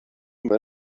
men